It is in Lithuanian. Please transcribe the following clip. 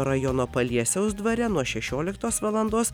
rajono paliesiaus dvare nuo šešioliktos valandos